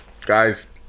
guys